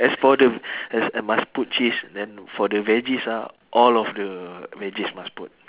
as for the as and must put cheese then for the veggies ah all of the veggies must put